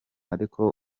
ariko